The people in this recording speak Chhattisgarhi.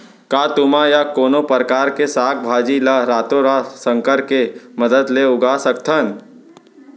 का तुमा या कोनो परकार के साग भाजी ला रातोरात संकर के मदद ले उगा सकथन?